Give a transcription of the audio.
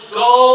go